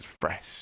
fresh